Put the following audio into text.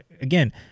again